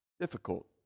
difficult